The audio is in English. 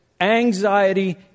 anxiety